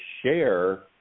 share